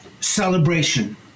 celebration